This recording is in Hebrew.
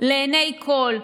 לעיני כול.